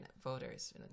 voters